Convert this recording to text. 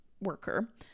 worker